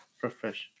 professional